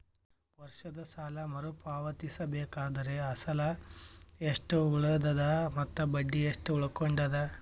ವರ್ಷದ ಸಾಲಾ ಮರು ಪಾವತಿಸಬೇಕಾದರ ಅಸಲ ಎಷ್ಟ ಉಳದದ ಮತ್ತ ಬಡ್ಡಿ ಎಷ್ಟ ಉಳಕೊಂಡದ?